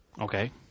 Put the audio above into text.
okay